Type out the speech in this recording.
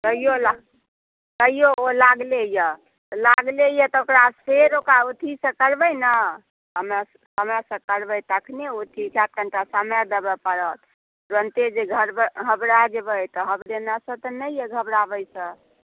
दवाइयो लागले यऽ लागले यऽ तऽ फेर ओकरा उथी से करबै ने समयसँ करबै तखने ओ चीजके कनिटा समय देबऽ पड़त तुरन्ते जे घर पर घबड़ा जेबै तऽ हब देना से नहि घबड़ाबै छी हमसभ